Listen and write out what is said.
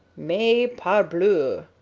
mais, parbleu!